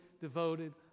devoted